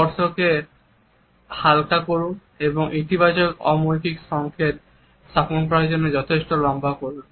স্পর্শকে হালকা করুন এবং একটি ইতিবাচক অমৌখিক সংকেত স্থাপন করার জন্য যথেষ্ট লম্বা করুন